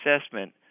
assessment